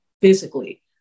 physically